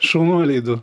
šaunuoliai du